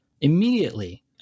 immediately